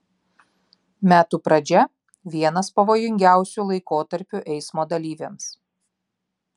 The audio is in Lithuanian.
metų pradžia vienas pavojingiausių laikotarpių eismo dalyviams